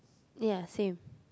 ya same